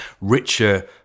richer